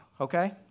okay